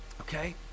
okay